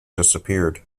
disappeared